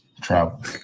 travel